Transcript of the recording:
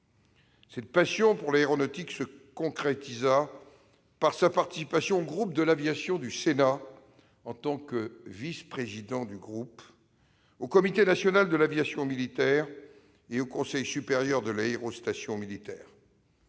Cette passion pour l'aéronautique se concrétisa par sa participation au groupe de l'aviation du Sénat, en tant que vice-président, au Comité national de l'aviation militaire et au Conseil supérieur de l'aérostation militaire.